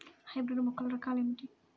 Hybrid మొక్కల రకాలు ఏమిటి?